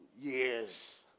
years